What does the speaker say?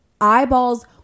eyeballs